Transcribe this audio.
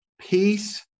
peace